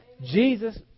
Jesus